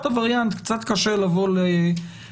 חשוב לי להדגיש המחלוקת הזאת היא לא כעניינים של כבוד וחלוקת